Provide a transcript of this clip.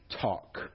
talk